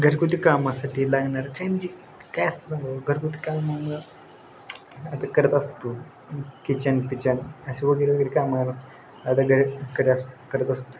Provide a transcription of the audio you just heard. घरगुती कामासाठी लागणार काय म्हणजे काय असतं घरगुती काम आम्हाला आता करत असतो किचन फिचन असे वगैरे वगैरे कामाला आता घरी करत अस करत असतो